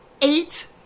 eight